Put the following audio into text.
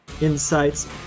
insights